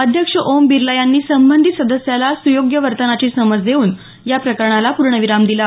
अध्यक्ष ओम बिर्ला यांनी संबंधित सदस्याला सुयोग्य वर्तनाची समज देऊन या प्रकरणाला पूर्णविराम दिला